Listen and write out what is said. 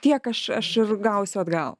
tiek aš aš ir gausiu atgal